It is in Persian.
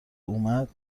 اومد